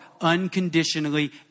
unconditionally